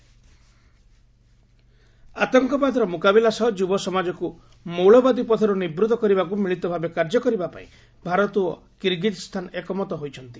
India Kyrgyz ଆତଙ୍କବାଦର ମୁକାବିଲା ସହ ଯୁବସମାଜକୁ ମୌଳବାଦୀ ପଥରୁ ନିବୃତ୍ତ କରିବାକୁ ମିଳିତ ଭାବେ କାର୍ଯ୍ୟ କରିବାପାଇଁ ଭାରତ ଓ କିରଗୀଜ୍ଞାନ ଏକମତ ହୋଇଛନ୍ତି